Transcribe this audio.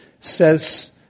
says